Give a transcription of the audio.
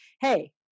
hey